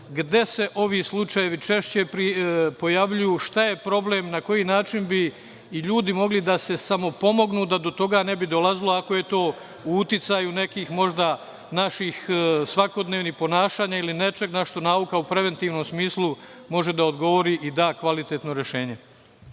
gde se ovi slučajevi češće pojavljuju, šta je problem, na koji način bi i ljudi morali da se samopomognu da to toga ne bi dolazilo ako je u uticaju nekih možda naših svakodnevnih ponašanja ili nečega što nauka u preventivnom smislu može da odgovori i da kvalitetno rešenja.